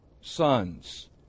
sons